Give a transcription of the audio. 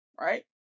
right